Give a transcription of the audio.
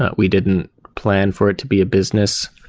we didn't plan for it to be a business.